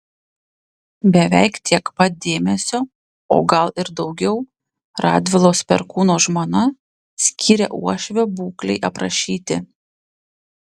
beveik tiek pat dėmesio o gal ir daugiau radvilos perkūno žmona skyrė uošvio būklei aprašyti